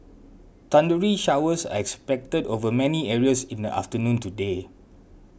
thundery showers are expected over many areas in the afternoon today